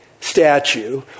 statue